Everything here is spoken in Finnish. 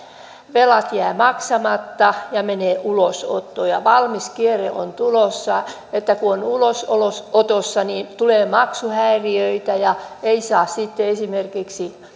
velat jäävät maksamatta ja menevät ulosottoon ja valmis kierre on tulossa että kun on ulosotossa niin tulee maksuhäiriöitä ja ei saa sitten esimerkiksi